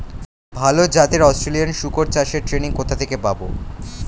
ভালো জাতে অস্ট্রেলিয়ান শুকর চাষের ট্রেনিং কোথা থেকে পাব?